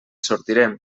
sortirem